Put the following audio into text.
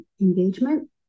engagement